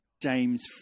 James